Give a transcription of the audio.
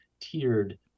tiered